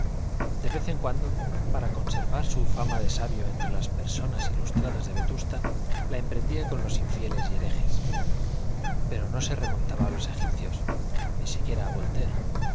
de vez en cuando para conservar su fama de sabio entre las personas ilustradas de vetusta la emprendía con los infieles y herejes pero no se remontaba a los egipcios ni siquiera